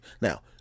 Now